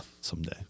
Someday